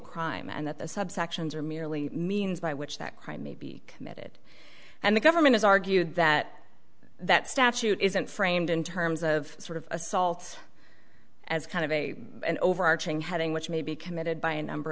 crime and that the subsections are merely means by which that crime may be committed and the government has argued that that statute isn't framed in terms of sort of assaults as kind of a and overarching heading which may be committed by a number